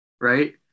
right